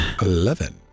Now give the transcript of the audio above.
Eleven